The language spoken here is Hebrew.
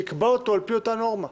תקבע אותו על פי אותה נורמה.